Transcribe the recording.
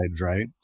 right